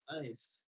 Nice